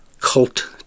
cult